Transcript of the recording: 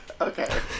Okay